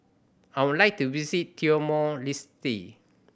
I would like to visit Timor Leste